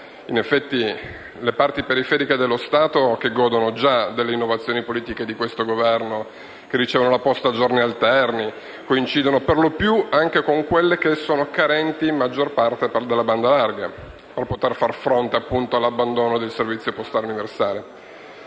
(in effetti le parti periferiche dello Stato che godono già delle innovazioni politiche del Governo e ricevono la posta a giorni alterni coincidono per lo più anche con quelle che sono carenti di banda larga per poter far fronte all'abbandono del servizio postale universale),